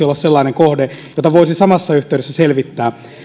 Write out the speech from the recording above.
olla sellainen kohde jota voisi samassa yhteydessä selvittää